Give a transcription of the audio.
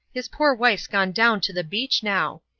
his poor wife's gone down to the beach, now.